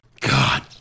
God